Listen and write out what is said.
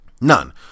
None